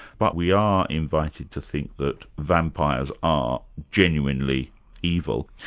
but we are invited to think that vampires are genuinely evil.